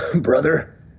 Brother